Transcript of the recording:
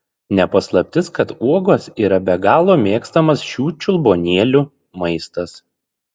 ne paslaptis kad uogos yra be galo mėgstamas šių čiulbuonėlių maistas